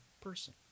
person